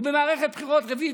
ובמערכת בחירות רביעית,